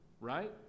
right